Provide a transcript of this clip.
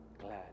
glad